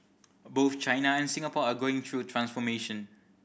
both China and Singapore are going through transformation